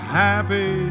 happy